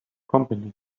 company